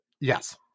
Yes